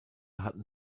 hatten